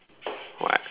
what